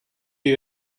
you